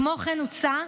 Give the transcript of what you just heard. כמו כן הוצע,